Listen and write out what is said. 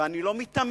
ואני לא מיתמם,